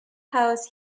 house